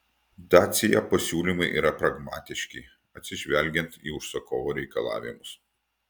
dacia pasiūlymai yra pragmatiški atsižvelgiant į užsakovo reikalavimus